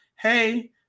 Hey